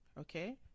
okay